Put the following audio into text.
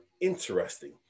interesting